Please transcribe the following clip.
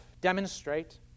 demonstrate